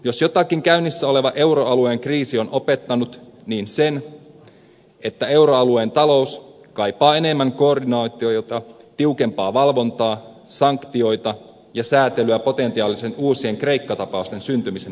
jos jotakin käynnissä oleva euroalueen kriisi on opettanut niin sen että euroalueen talous kaipaa enemmän koordinaatiota tiukempaa valvontaa sanktioita ja säätelyä potentiaalisten uusien kreikka tapausten syntymisen estämiseksi